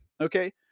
okay